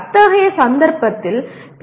அத்தகைய சந்தர்ப்பத்தில் பி